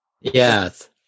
Yes